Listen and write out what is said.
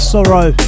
Sorrow